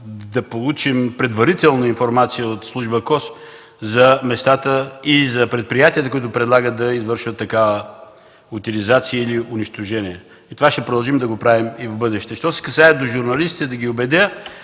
да получим предварителна информация от служба КОС за местата и за предприятията, които предлагат да извършват такава утилизация или унищожение. Това ще го продължим да го правим и в бъдеще. Що се касае до това да убедя